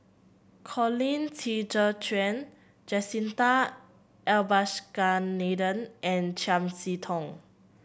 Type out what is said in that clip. Colin Qi Zhe Quan Jacintha Abisheganaden and Chiam See Tong